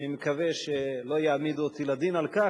אני מקווה שלא יעמידו אותי לדין על כך,